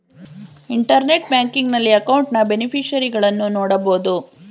internet banking ನಲ್ಲಿ ಅಕೌಂಟ್ನ ಬೇನಿಫಿಷರಿಗಳನ್ನು ನೋಡಬೋದು